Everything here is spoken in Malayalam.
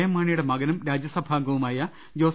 എം മാണിയുടെ മകനും രാജ്യസഭാം ഗവുമായ ജോസ്